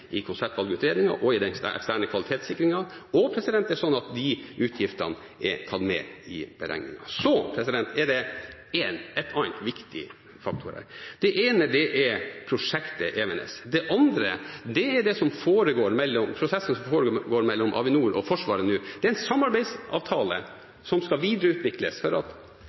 i konseptvalgutredningen og den eksterne kvalitetssikringen, og at utgiftene er tatt med i beregningene. Men det er andre viktige faktorer i dette. Det ene er prosjektet Evenes. Det andre er prosessen som foregår mellom Avinor og Forsvaret nå. Det er en samarbeidsavtale som skal videreutvikles. Man har en samarbeidsavtale om hvordan tjenester skal leveres og kostnader fordeles, bl.a. på Evenes, for